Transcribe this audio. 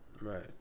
Right